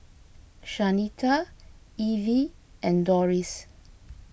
Shanita Evie and Doris